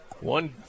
One